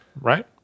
right